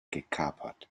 gekapert